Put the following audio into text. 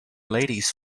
ladies